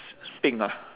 pink ah